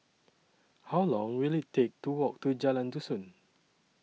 How Long Will IT Take to Walk to Jalan Dusun